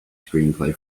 screenplay